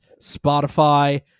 Spotify